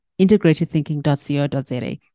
integratedthinking.co.za